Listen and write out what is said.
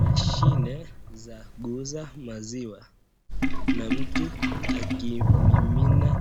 Mashine za kuuza maziwa na mtu akimimina